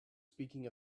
speaking